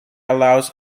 allows